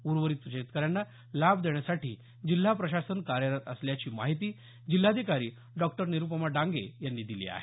उर्वरित शेतकऱ्यांना लाभ देण्यासाठी जिल्हा प्रशासन कार्यरत असल्याची माहिती जिल्हाधिकारी डॉक्टर निरुपमा डांगे यांनी दिली आहे